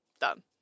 Done